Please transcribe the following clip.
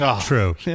True